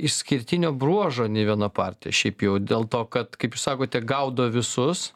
išskirtinio bruožo nei viena partija šiaip jau dėl to kad kaip jūs sakote gaudo visus